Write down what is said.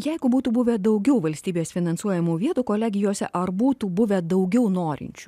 jeigu būtų buvę daugiau valstybės finansuojamų vietų kolegijose ar būtų buvę daugiau norinčių